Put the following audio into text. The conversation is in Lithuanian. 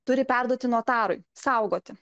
turi perduoti notarui saugoti